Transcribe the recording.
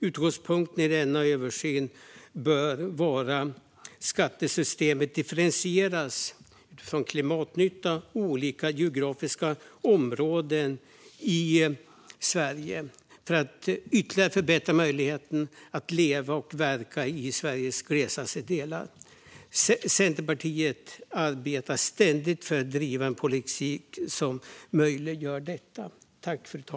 Utgångspunkten i denna översyn bör vara att skattesystemet differentieras utifrån klimatnytta och olika geografiska områden i Sverige för att ytterligare förbättra möjligheterna att leva och verka i Sveriges glesbefolkade delar. Centerpartiet arbetar ständigt med att driva en politik som möjliggör detta.